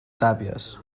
tàpies